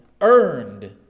earned